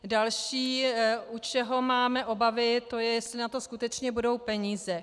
Další, u čeho máme obavy, jestli na to skutečně budou peníze.